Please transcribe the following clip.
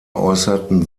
äußerten